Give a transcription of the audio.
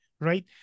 right